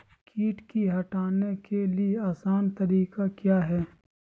किट की हटाने के ली आसान तरीका क्या है?